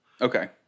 Okay